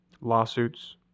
Lawsuits